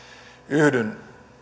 yhdyn